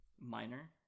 Minor